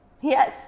Yes